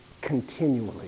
continually